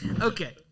Okay